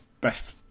best